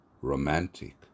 romantic